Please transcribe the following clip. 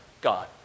God